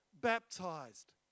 baptized